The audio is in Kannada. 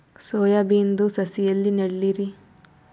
ಸೊಯಾ ಬಿನದು ಸಸಿ ಎಲ್ಲಿ ನೆಡಲಿರಿ?